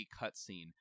cutscene